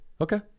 Okay